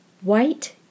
White